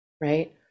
Right